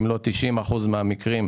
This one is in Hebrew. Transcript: אם לא ב-90% מהמקרים,